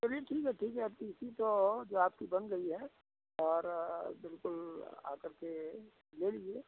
चलिए ठीक है ठीक है अब टी सी तो जो आपकी बन गई है और बिल्कुल आकर के ले लीजिए